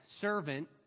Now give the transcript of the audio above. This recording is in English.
servant